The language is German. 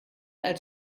als